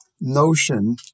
notion